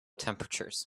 temperatures